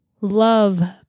love